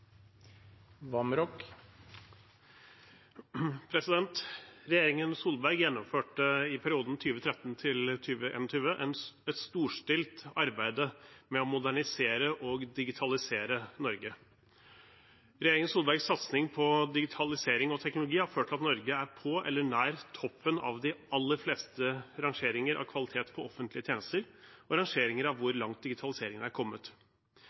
Regjeringen Solberg gjennomførte i perioden 2013–2021 et storstilt arbeid med å modernisere og digitalisere Norge. Regjeringen Solbergs satsing på digitalisering og teknologi har ført til at Norge er på eller nær toppen av de aller fleste rangeringer av kvalitet på offentlige tjenester og rangeringer av hvor langt digitaliseringen er kommet.